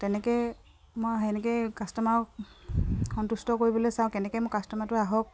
তেনেকে মই সেনেকেই কাষ্টমাৰক সন্তুষ্ট কৰিবলৈ চাওঁ কেনেকে মোৰ কাষ্টমাৰটো আহক